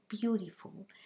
beautiful